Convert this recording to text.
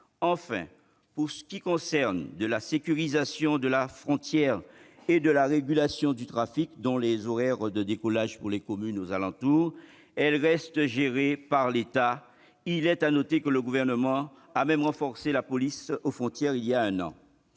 niveau de redevances. La sécurisation de la frontière et la régulation du trafic- cela inclut les horaires de décollage pour les communes aux alentours -restent gérées par l'État. Il est à noter que le Gouvernement a même renforcé la police aux frontières voilà un an.